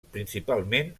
principalment